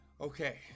Okay